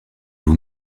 vous